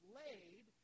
laid